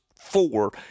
four